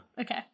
okay